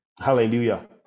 Hallelujah